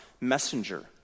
messenger